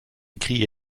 écrit